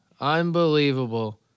Unbelievable